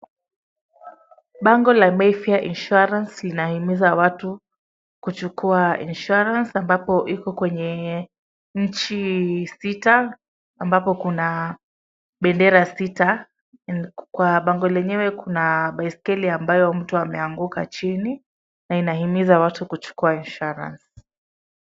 Bango la Mayfair insuarence linahimiza watu kuchukua insuarence ambapo iko kwenye nchi sita ambapo kuna bendera sita kwa bango lenyewe kuna baiskeli ambayo mtu ameanguka chini na inahimiza watu kuchukua insuarence .